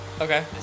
Okay